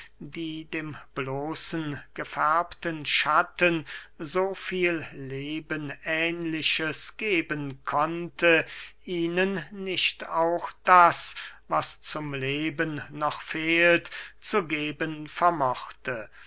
die dem bloßen gefärbten schatten so viel lebenähnliches geben konnte ihnen nicht auch das was zum leben noch fehlt zu geben vermochte